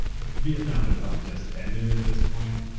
vietnam had probably just ended at this point.